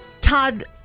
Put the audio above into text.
Todd